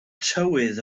tywydd